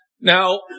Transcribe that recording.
Now